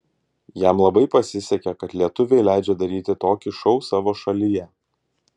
jam labai pasisekė kad lietuviai leidžia daryti tokį šou savo šalyje